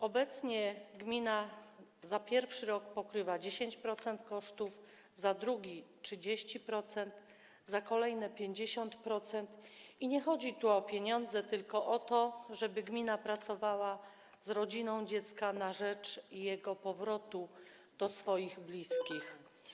Obecnie gmina za pierwszy rok pokrywa 10% kosztów, za drugi - 30%, za kolejne lata - 50% i nie chodzi tu o pieniądze, tylko chodzi o to, żeby gmina pracowała z rodziną dziecka na rzecz jego powrotu do swoich bliskich.